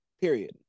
period